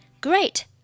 Great